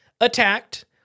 attacked